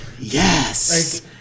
Yes